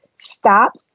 stop